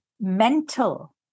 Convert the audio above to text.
mental